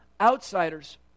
outsiders